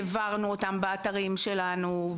העברנו אותם באתרים שלנו,